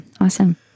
Awesome